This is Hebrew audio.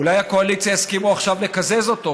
אולי הקואליציה תסכים עכשיו לקזז אותו,